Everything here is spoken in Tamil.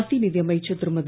மத்திய நிதி அமைச்சர் திருமதி